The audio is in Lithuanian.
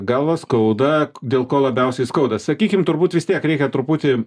galvą skauda dėl ko labiausiai skauda sakykim turbūt vis tiek reikia truputį